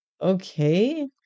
okay